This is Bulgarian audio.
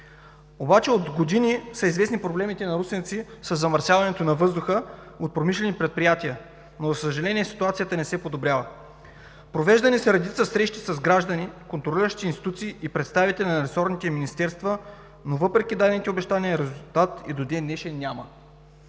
От години са известни проблемите на русенци със замърсяването на въздуха от промишлени предприятия, но, за съжаление, ситуацията не се подобрява. Провеждани са редица срещи с граждани, контролиращи институции и представители на ресорните министерства, но въпреки дадените обещания, резултат и до ден-днешен няма.